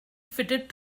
fitted